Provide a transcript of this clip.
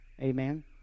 Amen